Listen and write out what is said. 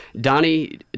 Donnie